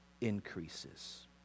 increases